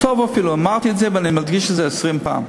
טוב אפילו, אמרתי את זה ואני מדגיש את זה 20 פעם.